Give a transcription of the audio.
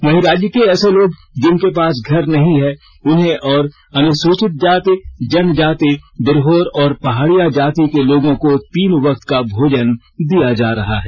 वहीं राज्य के ऐसे लोग जिनके पास घर नहीं है उन्हें और अनुसूचित जाति जनजाति बिरहोर और पहाड़िया जाति के लोगों को तीन वक्त का भोजन दिया जायेगा